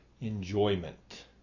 enjoyment